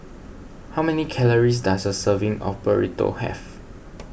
how many calories does a serving of Burrito have